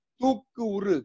tukur